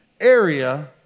area